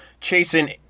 Chasing